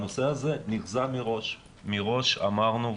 מראש אמרנו,